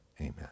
Amen